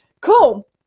cool